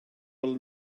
will